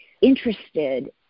interested